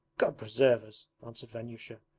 god preserve us answered vanyusha,